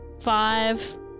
five